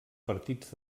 partits